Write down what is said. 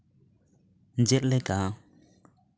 ᱡᱮᱞᱮᱠᱟ